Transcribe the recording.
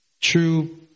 true